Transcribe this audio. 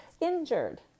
injured